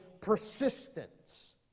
persistence